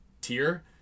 tier